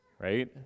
right